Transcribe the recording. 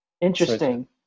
interesting